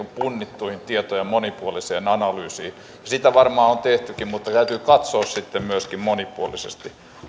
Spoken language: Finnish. punnittuihin tietoihin ja monipuoliseen analyysiin sitä varmaan on tehtykin mutta täytyy katsoa sitten myöskin monipuolisesti